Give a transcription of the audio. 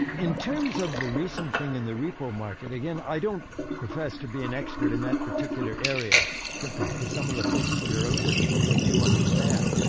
in terms of the recent thing in the repo market, again, i don't profess to be an expert in that particular area compared to some of the folks that are out there that really do understand.